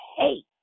hate